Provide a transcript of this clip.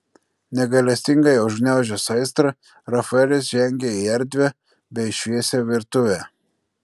negailestingai užgniaužęs aistrą rafaelis žengė į erdvią bei šviesią virtuvę